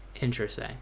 Interesting